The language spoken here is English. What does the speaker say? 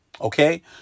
Okay